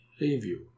review